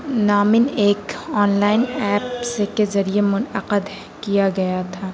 نامی ایک online app سے کے ذریعے منعقد کیا گیا تھا